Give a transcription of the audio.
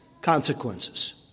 consequences